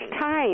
time